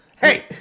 Hey